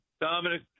dominic